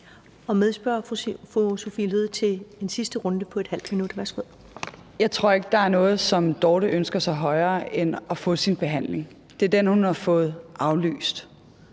Medspørgeren fru Sophie Løhde til en sidste runde på ½ minut. Værsgo. Kl. 16:16 Sophie Løhde (V): Jeg tror ikke, der er noget, som Dorthe ønsker sig højere end at få sin behandling. Det er den, hun har fået aflyst.